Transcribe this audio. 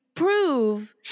prove